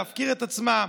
להפקיר את עצמה,